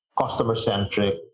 customer-centric